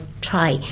try